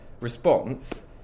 response